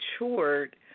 matured